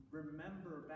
remember